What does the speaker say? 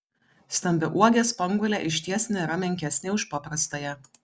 stambiauogė spanguolė išties nėra menkesnė už paprastąją